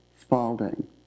Spalding